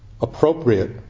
appropriate